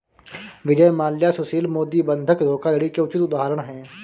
विजय माल्या सुशील मोदी बंधक धोखाधड़ी के उचित उदाहरण है